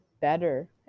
better